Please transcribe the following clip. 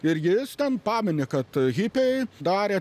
ir jis ten pamini kad hipiai darė